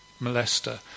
molester